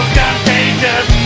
contagious